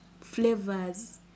flavors